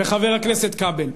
וחבר הכנסת כבל.